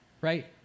right